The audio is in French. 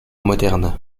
moderne